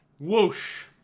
Whoosh